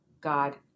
God